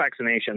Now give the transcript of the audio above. vaccinations